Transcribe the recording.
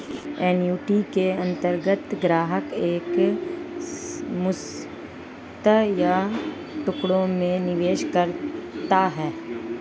annuity के अंतर्गत ग्राहक एक मुश्त या टुकड़ों में निवेश कर सकता है